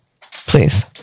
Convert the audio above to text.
please